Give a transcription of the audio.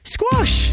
Squash